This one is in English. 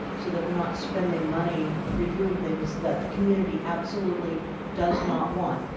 so that we are not spending money reviewing things that the community absolutely does not want.